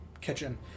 kitchen